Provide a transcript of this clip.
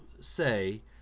say